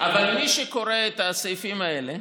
אבל מי שקורא את הסעיפים האלה